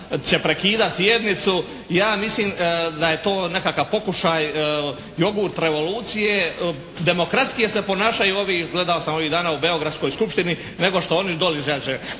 će prekidati sjednicu. Ja mislim da je to nekakav pokušaj jogurt revolucije. Demokratskije se ponašaju gledao sam ovih dana u beogradskoj skupštini nego što oni dole.